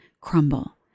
crumble